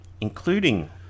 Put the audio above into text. including